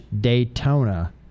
Daytona